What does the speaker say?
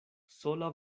sola